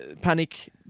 panic